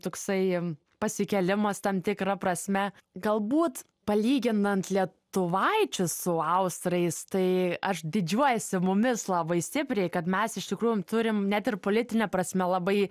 toksai pasikėlimas tam tikra prasme galbūt palyginant lietuvaičius su austrais tai aš didžiuojuosi mumis labai stipriai kad mes iš tikrųjų turim net ir politine prasme labai